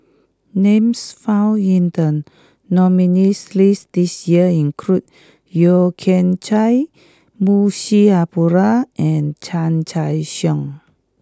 names found in the nominees' list this year include Yeo Kian Chai Munshi Abdullah and Chan Choy Siong